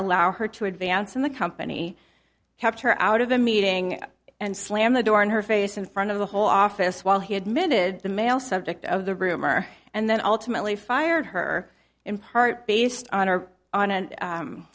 allow her to advance in the company kept her out of the meeting and slam the door in her face in front of the whole office while he admitted the male subject of the rumor and then ultimately fired her in part based on our on a